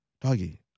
Doggy